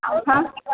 हां